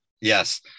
Yes